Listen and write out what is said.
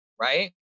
right